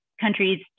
countries